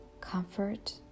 comfort